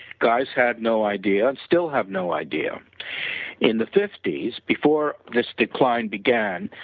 guys had no idea, still have no idea in the fifty s before this decline began,